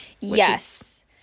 yes